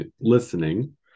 listening